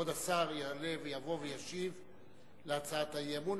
כבוד השר יעלה ויבוא וישיב על הצעת האי-אמון,